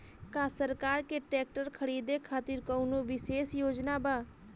का किसान के ट्रैक्टर खरीदें खातिर कउनों विशेष योजना बा?